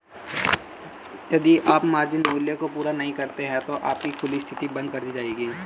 यदि आप मार्जिन मूल्य को पूरा नहीं करते हैं तो आपकी खुली स्थिति बंद कर दी जाएगी